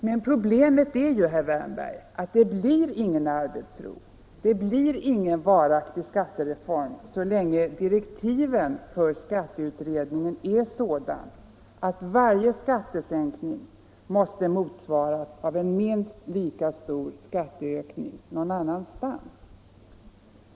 Men problemet är ju, herr Wärnberg, att det blir ingen arbetsro, det blir ingen varaktig skattereform så länge direktiven för skatteutredningen är sådana att varje skattesänkning måste motsvaras av en minst lika stor skatteökning någon annanstans.